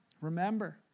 remember